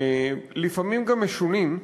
לפעמים גם משונים,